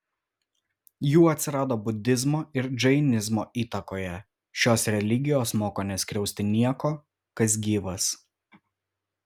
jų atsirado budizmo ir džainizmo įtakoje šios religijos moko neskriausti nieko kas gyvas